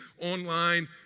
online